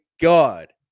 God